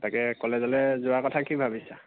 তাকে কলেজলৈ যোৱাৰ কথা কি ভাবিছা